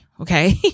okay